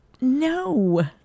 no